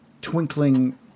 twinkling